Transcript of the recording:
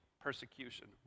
persecution